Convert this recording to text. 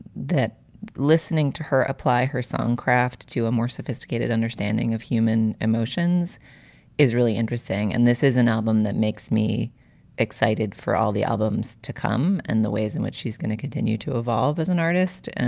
that listening to her apply her song craft to a more sophisticated understanding of human emotions is really interesting. and this is an album that makes me excited for all the albums to come and the ways in which she's going to continue to evolve as an artist. and